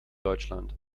deutschland